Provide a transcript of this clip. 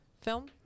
film